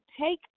take